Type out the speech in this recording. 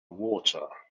water